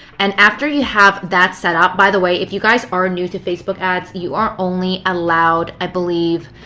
and after you have that set up, by the way, if you guys are new to facebook ads, you are only allowed, i believe,